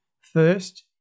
first